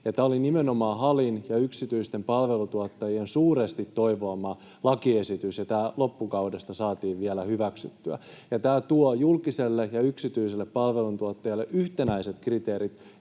Tämä oli nimenomaan HALIn ja yksityisten palveluntuottajien suuresti toivoma lakiesitys, ja tämä loppukaudesta saatiin vielä hyväksyttyä. Tämä tuo julkiselle ja yksityiselle palveluntuottajalle yhtenäiset kriteerit,